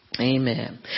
Amen